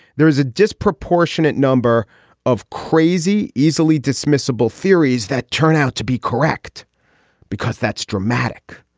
there is a disproportionate number of crazy easily dismissive bull theories that turn out to be correct because that's dramatic.